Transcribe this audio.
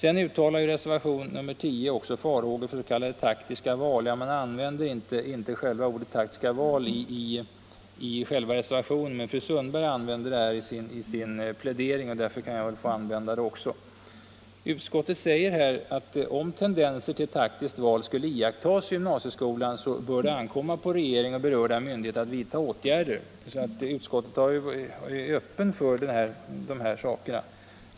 I reservationen 10 uttalas också farhågor för s.k. taktiska val. Man använder inte uttrycket taktiska val i själva reservationen, men fru Sundberg använde det här i sin plädering, och därför kan väl jag få använda det också. Utskottet säger att om tendenser till taktiskt val skulle iakttas i gymnasieskolan bör det ankomma på regeringen och berörda myndigheter att vidta åtgärder. Utskottet är alltså öppet för de här sakerna.